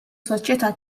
soċjetà